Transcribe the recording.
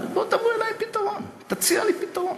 תבוא אלי עם פתרון, תציע לי פתרון,